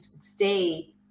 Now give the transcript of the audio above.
stay